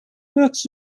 books